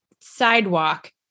sidewalk